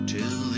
Till